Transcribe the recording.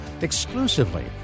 exclusively